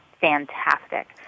fantastic